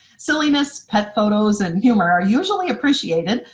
silliness, pet photos, and humor are usually appreciated,